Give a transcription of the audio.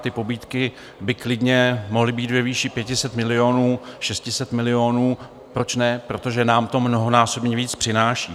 Ty pobídky by klidně mohly být ve výši 500 milionů, 600 milionů, proč ne?, protože nám to mnohonásobně víc přináší.